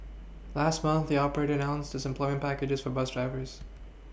last month the operator announced its employment package for bus drivers